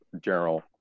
general